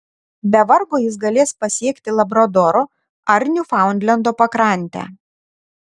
be vargo jis galės pasiekti labradoro ar niufaundlendo pakrantę